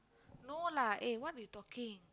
no lah eh what you talking